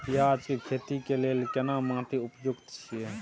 पियाज के खेती के लेल केना माटी उपयुक्त छियै?